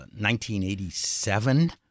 1987